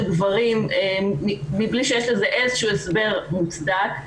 גברים מבלי שיש לזה איזה שהוא הסבר מוצדק.